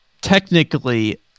technically